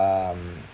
um